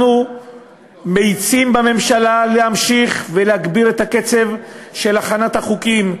אנחנו מאיצים בממשלה להמשיך ולהגביר את הקצב של הכנת החוקים,